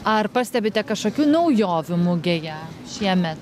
ar pastebite kažkokių naujovių mugėje šiemet